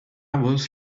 was